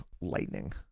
lightning